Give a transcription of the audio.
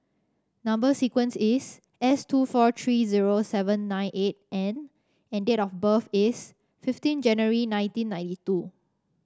number sequence is S two four three zero seven nine eight N and date of birth is fifteen January nineteen ninety two